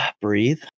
Breathe